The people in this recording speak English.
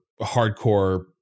hardcore